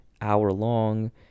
hour-long